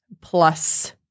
plus